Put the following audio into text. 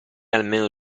almeno